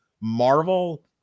Marvel